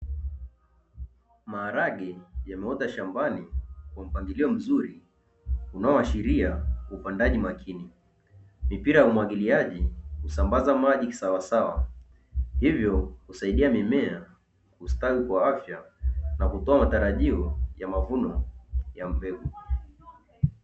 Maharage yameota shambani kwa mpangilio mzuri unaoashiria upandaji makini. Mipira ya umwagiliaji kusambaza maji kisawasawa hivyo husaidia mimea kustawi kwa afya na kutoa matarajio ya mavuno ya mbegu.